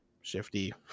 shifty